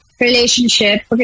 relationship